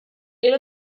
era